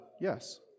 yes